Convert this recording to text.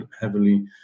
heavily